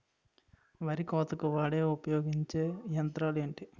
వరి కోతకు వాడే ఉపయోగించే యంత్రాలు ఏంటి?